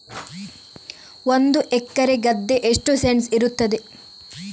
ಒಂದು ಎಕರೆ ಗದ್ದೆ ಎಷ್ಟು ಸೆಂಟ್ಸ್ ಇರುತ್ತದೆ?